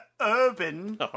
urban